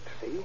See